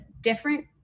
different